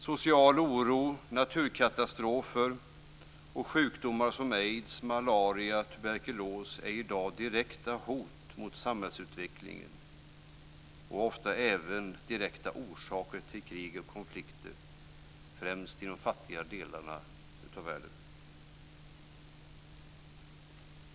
Social oro, naturkatastrofer och sjukdomar som aids, malaria och tuberkulos är i dag direkta hot mot samhällsutvecklingen och ofta även direkta orsaker till krig och konflikter främst i de fattiga delarna av världen.